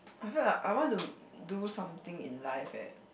I feel like I want to do something in life eh